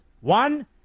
One